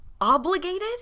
obligated